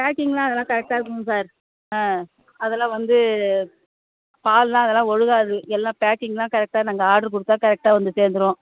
பேக்கிங்கெலாம் அதெல்லாம் கரெட்டாக இருக்குங்க சார் ஆ அதெல்லாம் வந்து பாலெல்லாம் அதெல்லாம் ஒழுகாது எல்லாம் பேக்கிங்கெலாம் கரெட்டாக நாங்கள் ஆட்ரு கொடுத்தா கரெட்டாக வந்து சேர்ந்துரும்